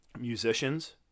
musicians